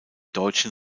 deutschen